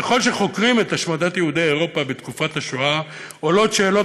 ככל שחוקרים את השמדת יהודי אירופה בתקופת השואה עולות שאלות